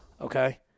Okay